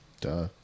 Duh